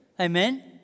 amen